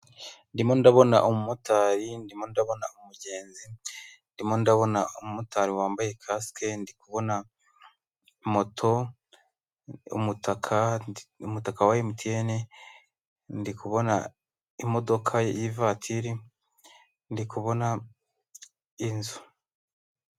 Ndimo ndabona umumotari, ndimo ndabona umugenzi, ndimo ndabona umumotari wambaye Kasike ndi kubona moto, umutaka ndi umutaka wa emutiyene ndi kubona imodoka y'ivatiri ndikubona inzu.